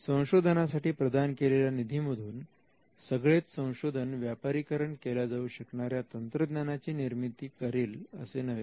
संशोधनासाठी प्रदान केलेल्या निधीमधून सगळेच संशोधन व्यापारीकरण केल्या जाऊ शकणाऱ्या तंत्रज्ञानाची निर्मिती करेल असे नव्हे